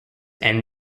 end